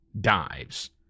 dives